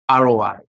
ROI